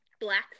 black